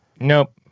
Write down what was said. Nope